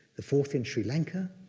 the fourth in sri lanka,